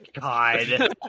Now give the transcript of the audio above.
God